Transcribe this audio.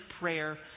prayer